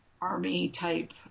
army-type